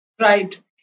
Right